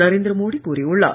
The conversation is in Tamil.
நரேந்திர மோடி கூறியுள்ளார்